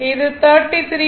இது 35